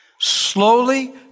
Slowly